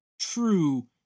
true